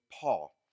Paul